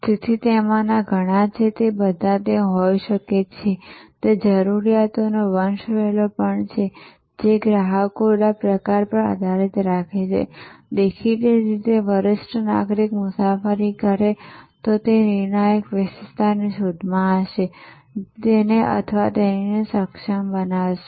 તેથી તેમાંના ઘણા બધા છે તે બધા ત્યાં હોઈ શકે છે ત્યાં જરૂરિયાતોનો વંશવેલો પણ છે જે ગ્રાહકોના પ્રકાર પર આધારિત છે દેખીતી રીતે જ વરિષ્ઠ નાગરિક મુસાફરી કરે છે તે નિર્ણાયક વિશેષતાની શોધમાં હશે જે તેને અથવા તેણીને સક્ષમ બનાવે છે